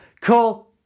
Cool